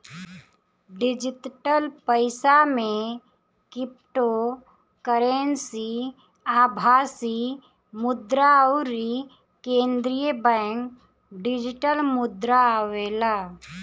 digital पईसा में cryptocurrency, आभासी मुद्रा अउरी केंद्रीय बैंक डिजिटल मुद्रा आवेला